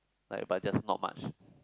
like but just not much